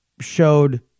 showed